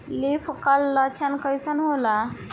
Leaf curl लक्षण कइसन होला?